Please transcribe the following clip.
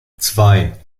zwei